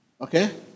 Okay